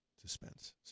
Suspense